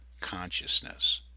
consciousness